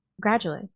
Gradually